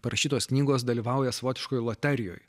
parašytos knygos dalyvauja savotiškoj loterijoj